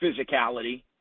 Physicality